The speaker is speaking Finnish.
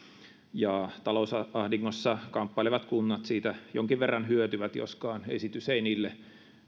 ja talousahdingossa kamppailevat kunnat siitä jonkin verran hyötyvät joskaan esitys ei niille